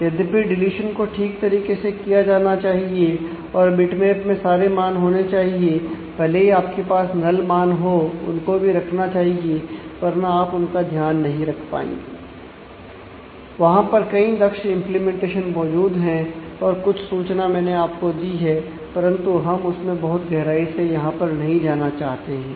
यद्यपि डीलीशन वहां पर कई दक्ष इंप्लीमेंटेशन मौजूद है और कुछ सूचना मैंने आपको दी है परंतु हम उस में बहुत गहराई से यहां पर नहीं जाना चाहते हैं